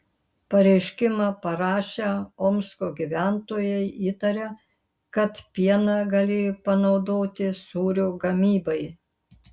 pareiškimą parašę omsko gyventojai įtaria kad pieną galėjo panaudoti sūrio gamybai